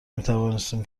میتوانستیم